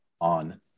on